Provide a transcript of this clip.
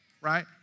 Right